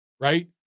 right